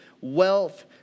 wealth